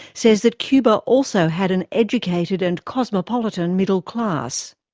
says that cuba also had an educated and cosmopolitan middle class.